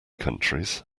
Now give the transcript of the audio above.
countries